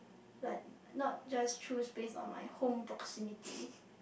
like not just through space on my home vicinity